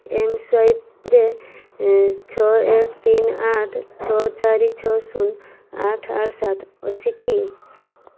ଏମ୍ସ୍ୱାଇପ୍ରେ ଛଅ ଏକ ତିନି ଆଠ ଛଅ ଚାରି ଛଅ ଶୂନ ଆଠ ଆଠ ସାତ ଅଛି କି